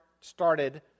started